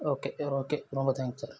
okay okay ரொம்ப thanks sir